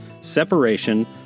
separation